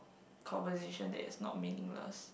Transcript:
conversation that is not meaningless